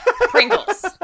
Pringles